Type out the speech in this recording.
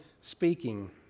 speaking